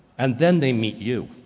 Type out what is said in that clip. and then they meet you.